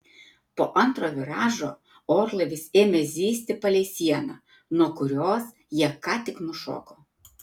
po antro viražo orlaivis ėmė zyzti palei sieną nuo kurios jie ką tik nušoko